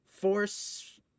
Force